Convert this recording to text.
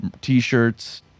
t-shirts